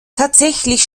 tatsächlich